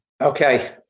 Okay